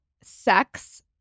sex